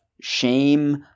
shame